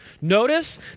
Notice